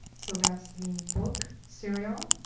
so that's means book, serial,